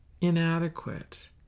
inadequate